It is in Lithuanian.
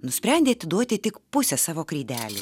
nusprendė atiduoti tik pusę savo kreidelių